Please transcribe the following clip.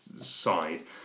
side